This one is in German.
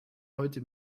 heute